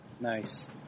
Nice